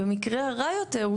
במקרה הרע יותר,